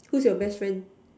who's your best friend